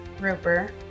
roper